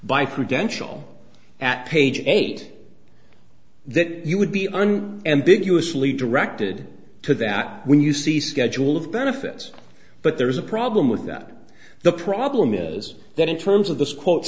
by credential at page eight that you would be on ambiguously directed to that when you see schedule of benefits but there's a problem with that the problem is that in terms of this quote